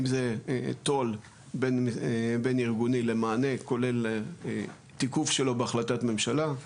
אם זה תו"ל בין ארגוני למענה כולל תיקוף שלו בהחלטת ממשלה,